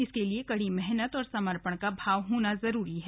इसके लिए कड़ी मेहनत व समर्पण का भाव होना जरूरी है